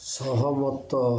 ସହମତ